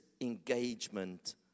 engagement